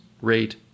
rate